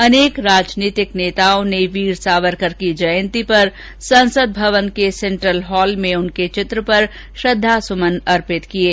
अनेक राजनीतिक नेताओं ने वीर सावरकर की जयंती पर संसद भवन के सेन्ट्रल हॉल में उनके चित्र पर श्रद्धा सुमन अर्पित किये